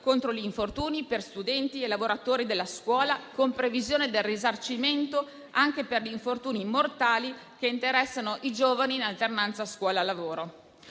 contro gli infortuni per studenti e lavoratori della scuola, con la previsione del risarcimento anche per gli infortuni mortali che interessano i giovani in alternanza scuola-lavoro.